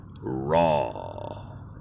Raw